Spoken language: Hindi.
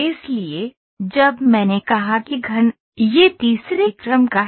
इसलिए जब मैंने कहा कि घन यह तीसरे क्रम का है